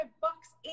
bucks